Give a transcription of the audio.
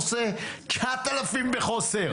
עושה 9,000 שוטרים בחוסר.